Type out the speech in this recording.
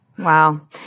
Wow